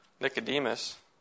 Nicodemus